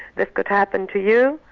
this could happen to you,